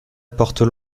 portent